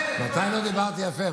מתי לא דיברתי יפה?